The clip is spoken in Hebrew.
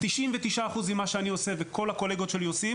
99 אחוז ממה שאני עושה וכל הקולגות שלי עושים